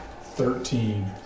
Thirteen